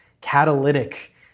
catalytic